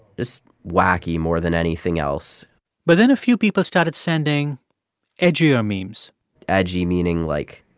just wacky more than anything else but then a few people started sending edgier memes edgy meaning, like,